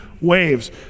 waves